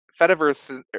Fediverse